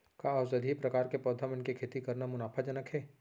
का औषधीय प्रकार के पौधा मन के खेती करना मुनाफाजनक हे?